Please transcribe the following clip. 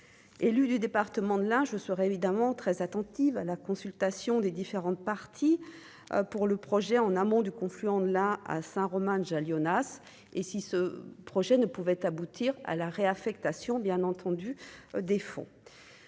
élu du département de l'Ain, je serai évidemment très attentive à la consultation des différentes parties pour le projet, en amont du confluent de la à Saint-Romain déjà Leona et si ce projet ne pouvait aboutir à la réaffectation bien entendu des fonds.